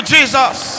Jesus